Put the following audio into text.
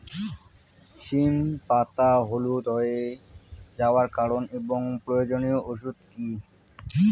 সিম পাতা হলুদ হয়ে যাওয়ার কারণ এবং প্রয়োজনীয় ওষুধ কি?